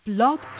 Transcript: Blog